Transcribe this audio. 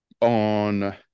On